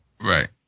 Right